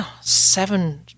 seven